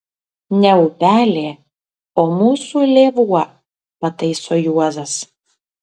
ne upelė o mūsų lėvuo pataiso juozas